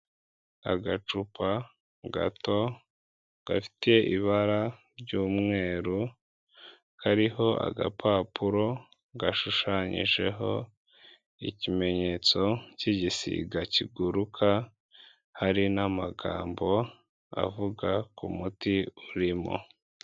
Agacupa gato gafite ibara ry'umweru, kariho agapapuro gashushanyijeho ikimenyetso cy'igisiga kiguruka, hari n'amagambo avuga ku muti urimo.